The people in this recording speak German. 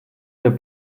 der